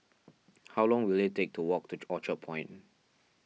how long will it take to walk to Orchard Point